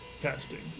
casting